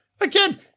again